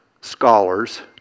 scholars